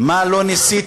מה לא ניסיתם?